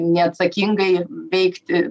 neatsakingai veikti